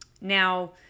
Now